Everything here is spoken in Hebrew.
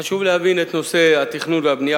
חשוב להבין את נושא התכנון והבנייה